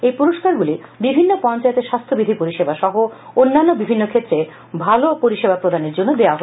এই পুরষ্কারগুলি বিভিন্ন পঞ্চায়েতে স্বাস্থ্য বিধি পরিষেবা সহ অন্যান্য বিভিন্ন ক্ষেত্রে ভালো পরিষেবা প্রদান দেওয়া হয়েছে